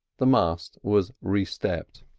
the mast was restepped.